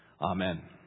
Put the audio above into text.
Amen